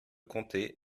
comté